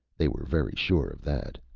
they were very sure of that.